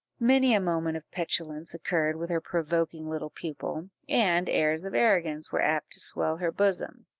many a moment of petulance occurred with her provoking little pupil, and airs of arrogance were apt to swell her bosom,